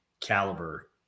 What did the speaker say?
caliber